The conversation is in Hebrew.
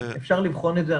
אפשר לבחון את זה.